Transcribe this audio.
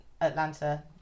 Atlanta